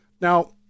Now